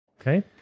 Okay